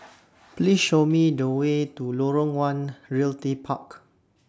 Please Show Me The Way to Lorong one Realty Park